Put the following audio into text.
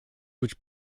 which